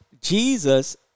Jesus